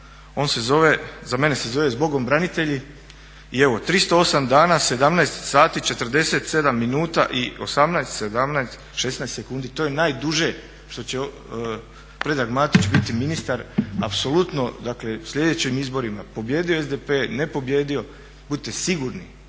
za mene se zove Zbogom branitelji, i evo 308 dana 17 sati, 47 minuta i 18, 17, 16 sekundi to je najduže što će Predrag Matić biti ministar. Apsolutno dakle sljedećim izborima pobijedio SDP, ne pobijedio budite sigurni,